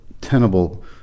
tenable